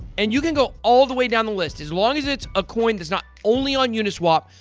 and you can go all the way down the list. as long as it's a coin that's not only on uniswap,